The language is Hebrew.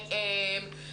סיכון.